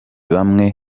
bamwe